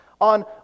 on